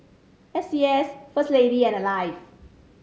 S C S First Lady and Alive